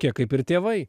kiek kaip ir tėvai